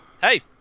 hey